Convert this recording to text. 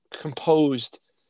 composed